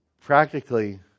practically